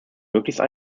möglichst